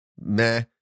meh